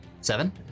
Seven